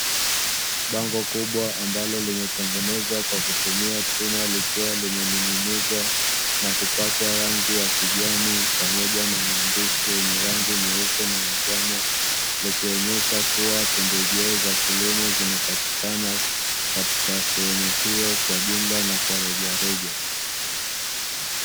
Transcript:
Bango kubwa, ambalo limetengenezwa kwa kutumia chuma, likiwa limening'inizwa na kupakwa rangi ya kijani pamoja na maandishi meupe yenye rangi ya njano. Likionyesha kuwa pembejeo za kilimo zinapatikana katika sehemu hiyo kwa jumla na kwa rejareja.